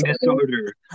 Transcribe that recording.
disorder